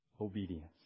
Obedience